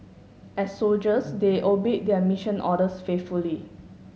as soldiers they obeyed their mission orders faithfully